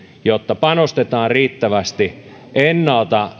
jotta panostetaan liikkumiseen riittävästi ennalta